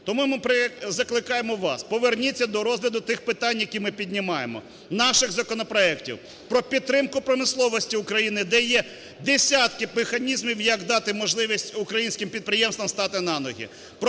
Тому ми закликає вас: поверніться до розгляду тих питань, які ми піднімаємо, наших законопроектів: про підтримку промисловості України, де є десятки механізмів, як дати можливість українським підприємствам стати на ноги;